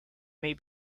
may